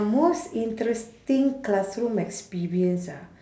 most interesting classroom experience ah